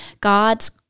God's